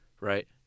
right